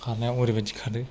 खारनायाव ओरैबायदि खारो